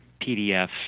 PDF